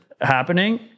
happening